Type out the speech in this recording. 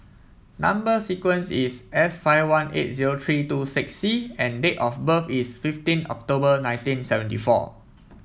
number sequence is S five one eight zero three two six C and date of birth is fifteen October nineteen seventy four